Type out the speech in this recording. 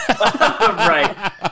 right